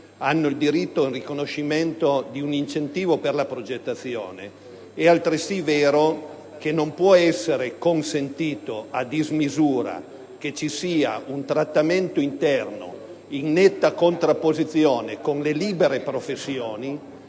hanno diritto al riconoscimento di un incentivo per la progettazione, è altresì vero che non può essere consentito a dismisura che ci sia un trattamento interno in netta contrapposizione con le libere professioni